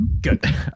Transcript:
good